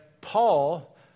Paul